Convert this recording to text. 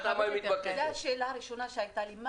זו השאלה הראשונה שהייתה לי,